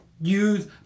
use